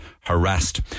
harassed